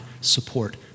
support